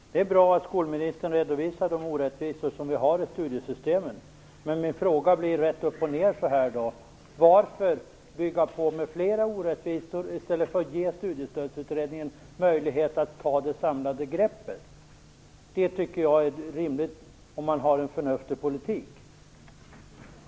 Herr talman! Det är bra att skolministern redovisar de orättvisor som finns i studiestödssystemen. Men min fråga blir rätt upp och ned: Varför bygger man på med flera orättvisor, i stället för att ge Studiestödsutredningen möjlighet att ta det samlade greppet? Det tycker jag vore rimligt, om man för en förnuftig politik.